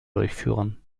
durchführen